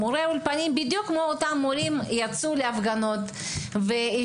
מורי אולפנים בדיוק כמו אותם מורים יצאו להפגנות ונלחמו.